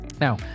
Now